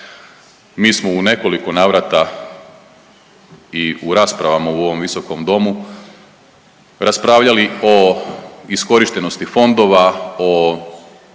Mi smo u nekoliko navrata i u raspravama u ovom visokom domu raspravljali o iskorištenosti fondova, o